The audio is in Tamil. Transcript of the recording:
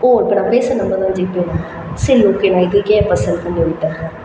இப்போ பேசுகிற நம்பர் தான் ஜிபேவா சரி ஓகே நான் இதுக்கே அப்போ சென்ட் பண்ணிவிடறேன்